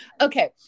Okay